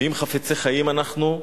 ואם חפצי חיים אנחנו,